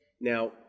Now